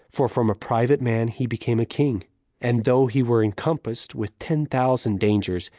for from a private man he became a king and though he were encompassed with ten thousand dangers,